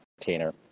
container